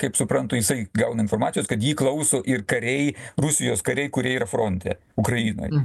kaip suprantu jisai gauna informacijos kad jį klauso ir kariai rusijos kariai kurie yra fronte ukrainoj